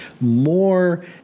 more